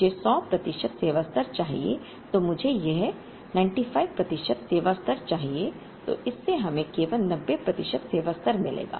मुझे 100 प्रतिशत सेवा स्तर चाहिए या मुझे 95 प्रतिशत सेवा स्तर चाहिए तो इससे हमें केवल 90 प्रतिशत सेवा स्तर मिलेगा